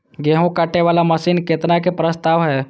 गेहूँ काटे वाला मशीन केतना के प्रस्ताव हय?